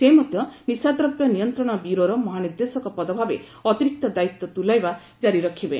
ସେ ମଧ୍ୟ ନିଶାଦ୍ରବ୍ୟ ନିୟନ୍ତ୍ରଣ ବ୍ୟୁରୋର ମହାନିର୍ଦ୍ଦେଶକ ପଦ ଭାବେ ଅତିରିକ୍ତ ଦାୟିତ୍ୱ ତୁଲାଇବା ଜାରୀ ରଖିବେ